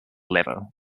liver